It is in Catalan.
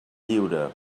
lliure